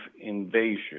invasion